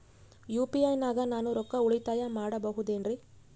UPI ನಾಗ ನಾನು ರೊಕ್ಕ ಉಳಿತಾಯ ಮಾಡಬಹುದೇನ್ರಿ?